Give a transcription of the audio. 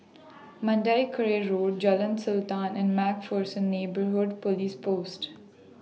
Mandai Quarry Road Jalan Sultan and Mac Pherson Neighbourhood Police Post